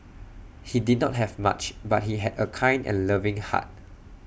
he did not have much but he had A kind and loving heart